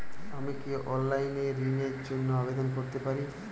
আমি কি অনলাইন এ ঋণ র জন্য আবেদন করতে পারি?